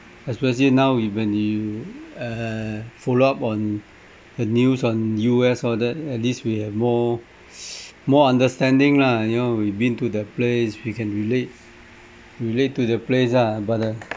especially now if when you err follow up on the news on U_S all that at least we have more more understanding lah you know we've been to that place we can relate relate to the place ah but uh